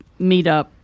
meetup